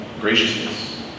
graciousness